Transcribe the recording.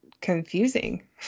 confusing